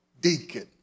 deacon